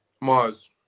Mars